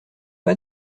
pas